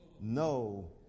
No